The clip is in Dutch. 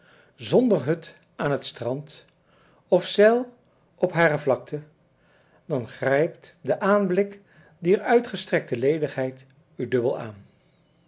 zonder hut aan het strand of zeil op hare vlakte dan grijpt de aanblik dier uitgestrekte ledigheid u dubbel aan